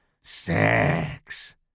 Sex